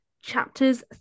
chapters